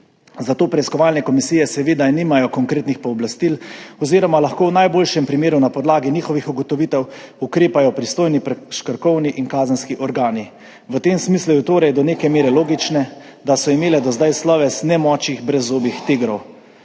zato preiskovalne komisije seveda nimajo konkretnih pooblastil oziroma lahko v najboljšem primeru na podlagi njihovih ugotovitev ukrepajo pristojni prekrškovni in kazenski organi. V tem smislu je torej do neke mere logično, da so imele do zdaj sloves nemočnih, brezzobih tigrov.